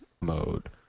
mode